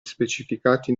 specificati